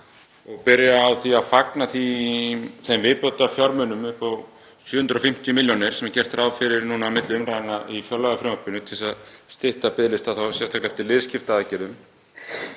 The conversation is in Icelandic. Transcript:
og byrja á því að fagna þeim viðbótarfjármunum upp á 750 milljónir sem gert er ráð fyrir núna á milli umræðna í fjárlagafrumvarpinu til þess að stytta biðlista, þá sérstaklega eftir liðskiptaaðgerðum.